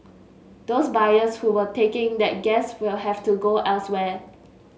those buyers who were taking that gas will have to go elsewhere